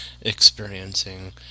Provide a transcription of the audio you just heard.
experiencing